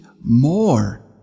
more